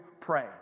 pray